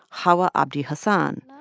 xawa abdi hassan,